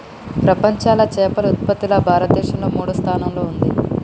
ప్రపంచంలా చేపల ఉత్పత్తిలా భారతదేశం మూడో స్థానంలా ఉంది